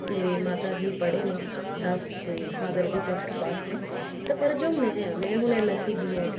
ਮੇਰੇ ਮਾਤਾ ਜੀ ਪੜ੍ਹੇ ਨੇ ਦਸ ਅਤੇ ਫਾਦਰ ਵੀ ਪਲੱਸ ਟੂ ਪਾਸ ਨੇ ਤਾਂ ਪਰ ਜੋ ਮੈਂ ਆ ਮੈਂ ਹੁਣ M S C B Ed